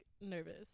nervous